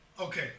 Okay